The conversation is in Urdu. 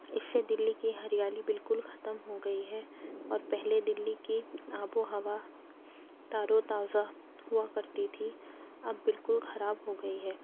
اس سے دِلی کی ہریالی بالکل ختم ہو گئی ہے اور پہلے دِلی کی آب و ہوا تر و تازہ ہُوا کرتی تھی اب بالکل خراب ہو گئی ہے